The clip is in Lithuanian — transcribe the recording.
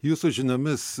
jūsų žiniomis